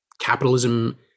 capitalism